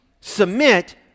submit